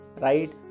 right